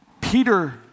Peter